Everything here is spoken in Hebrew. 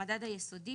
המדד היסודי,